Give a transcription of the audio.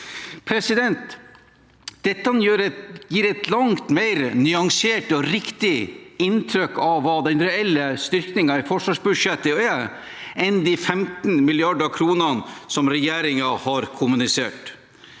LTP.» Dette gir et langt mer nyansert og riktig inntrykk av hva den reelle styrkingen i forsvarsbudsjettet er, enn de 15 milliarder kronene som regjeringen har kommunisert.